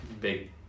big